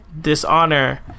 dishonor